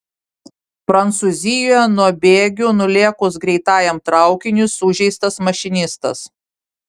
prancūzijoje nuo bėgių nulėkus greitajam traukiniui sužeistas mašinistas